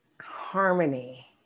harmony